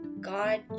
God